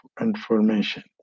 information